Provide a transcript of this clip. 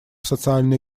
социально